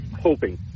hoping